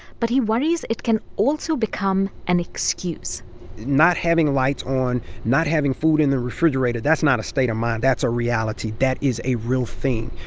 but he worries it can also become an excuse not having lights on, not having food in the refrigerator that's not a state of mind. that's a reality. that is a real thing.